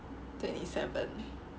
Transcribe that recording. twenty seven